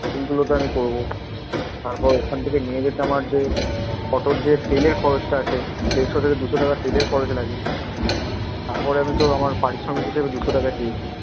সেইগুলো তো আমি করবো তারপর ওখান থেকে নিয়ে যেতে আমার যে অটোর যে তেলের খরচটা আছে দেড়শো থেকে দুশো টাকা তেলের খরচ লাগে তারপরে আমি তো আমার পারিশ্রমিক হিসেবে দুশো টাকা চেয়েছি